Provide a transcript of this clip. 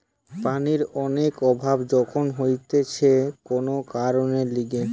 পানির অনেক অভাব যখন হতিছে কোন কারণের লিগে